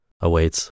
awaits